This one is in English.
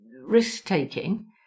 risk-taking